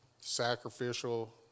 sacrificial